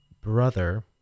brother